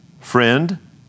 friend